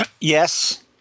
Yes